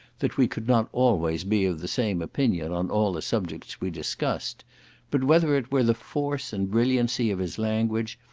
that we could not always be of the same opinion on all the subjects we discussed but whether it were the force and brilliancy of his language,